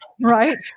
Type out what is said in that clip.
right